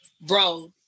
Bro